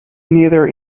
neither